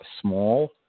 small